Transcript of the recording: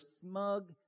smug